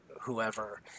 whoever